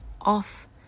off